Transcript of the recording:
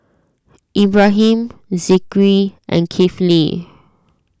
Ibrahim Zikri and Kifli